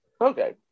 Okay